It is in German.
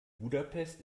budapest